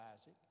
Isaac